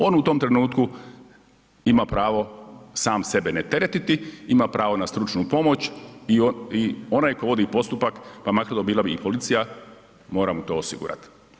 On u tom trenutku ima pravo sam sebe ne teretiti, ima pravo na stručnu pomoć i onaj tko vodi postupak, pa makar to bila i policija mora mu to osigurati.